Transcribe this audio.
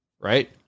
Right